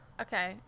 Okay